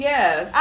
Yes